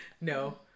No